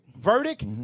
verdict